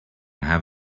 have